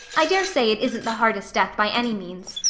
i daresay it isn't the hardest death by any means.